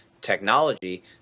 technology